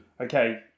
Okay